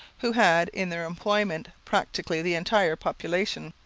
who had in their employment practically the entire population.